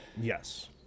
Yes